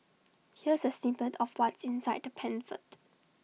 here's A snippet of what's inside the pamphlet